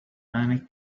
many